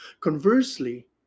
Conversely